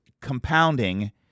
compounding